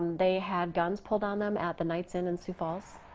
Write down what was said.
they had guns pulled on them at the knights inn in sioux falls.